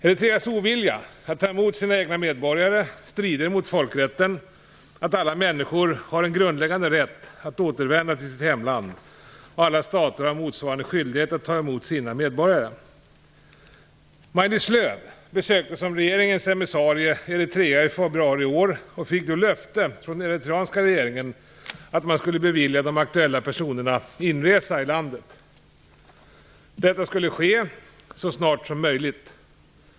Eritreas ovilja att ta emot sina egna medborgare strider mot folkrätten att alla människor har en grundläggande rätt att återvända till sitt hemland, och alla stater har motsvarande skyldighet att ta emot sina medborgare. Eritrea i februari i år och fick då löfte från den eritreanska regeringen att man skulle bevilja de aktuella personerna inresa i landet. Detta skulle ske så snart som möjligt.